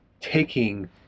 taking